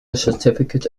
certificate